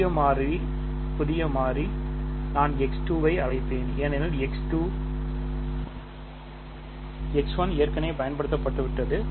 புதிய மாறி நான் x 2 என அழைப்பேன் ஏனெனில் x 1 ஏற்கனவே பயன்படுத்தப்பட்டுள்ளது